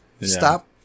Stop